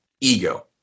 ego